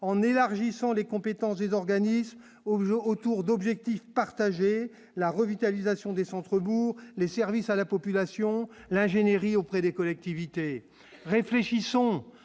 en élargissant les compétences des organismes au jeu autour d'objectifs partagés la revitalisation des centres bourgs, les services à la population l'ingénierie auprès des collectivités,